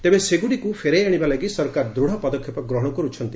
ତେବେ ସେଗୁଡ଼ିକୁ ଫେରାଇ ଆଣିବା ଲାଗି ସରକାର ଦୂତ୍ ପଦକ୍ଷେପ ଗ୍ରହଣ କରୁଛନ୍ତି